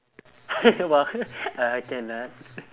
!wah! uh cannot